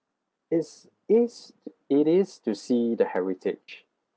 is is to it is to see the heritage